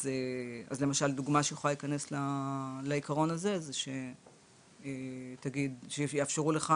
אז למשל דוגמא שיכולה להיכנס לעקרון הזה זה שיאפשרו לך